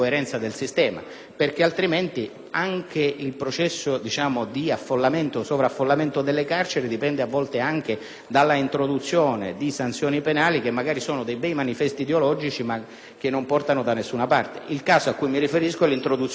anche il processo di sovraffollamento delle carceri potrà dipendere dall'introduzione di sanzioni penali che sono bei manifesti ideologici, ma non portano da nessuna parte. Il caso a cui mi riferisco è l'introduzione del reato di immigrazione clandestina.